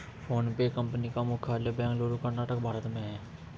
PhonePe company का मुख्यालय बेंगलुरु कर्नाटक भारत में है